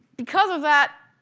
because of that,